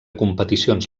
competicions